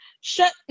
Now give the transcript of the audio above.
shut